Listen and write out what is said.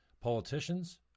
Politicians